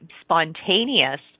spontaneous